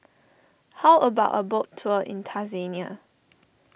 how about a boat tour in Tanzania